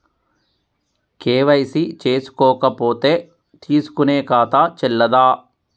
KYC చేసుకోకపోతే తీసుకునే ఖాతా చెల్లదా?